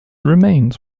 remains